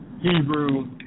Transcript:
Hebrew